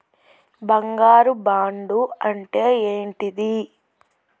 బంగారు బాండు అంటే ఏంటిది?